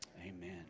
Amen